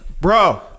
Bro